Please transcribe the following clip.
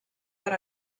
per